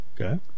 Okay